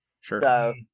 Sure